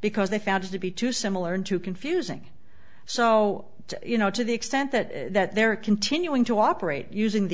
because they found it to be too similar and too confusing so you know to the extent that they're continuing to operate using the